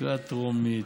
קריאה טרומית,